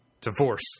divorce